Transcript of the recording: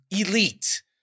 elite